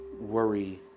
worry